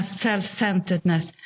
self-centeredness